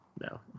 no